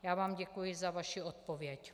Já vám děkuji za vaši odpověď.